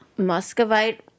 Muscovite